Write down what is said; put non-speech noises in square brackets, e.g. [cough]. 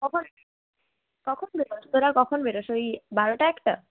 [unintelligible] কখন বেরোস তোরা কখন বেরোস ওই বারোটা একটা